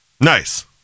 Nice